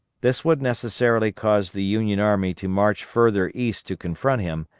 this would necessarily cause the union army to march further east to confront him,